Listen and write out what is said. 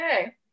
Okay